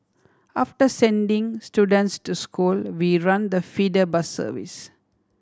after sending students to school we run the feeder bus service